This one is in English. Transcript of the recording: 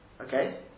Okay